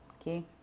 Okay